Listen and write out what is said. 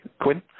Quinn